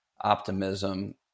optimism